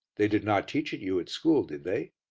they did not teach it you at school, did they?